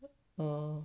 mm